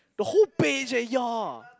the whole page eh ya